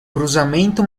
cruzamento